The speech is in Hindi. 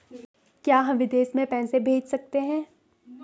क्या हम विदेश में पैसे भेज सकते हैं?